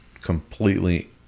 completely